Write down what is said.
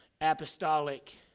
apostolic